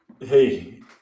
hey